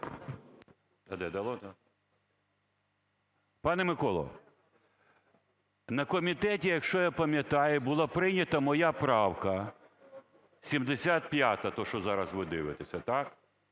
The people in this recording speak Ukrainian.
Пане Миколо, на комітеті, якщо я пам'ятаю, була прийнята моя правка 75, те, що ви зараз дивитеся. Я